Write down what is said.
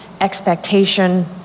expectation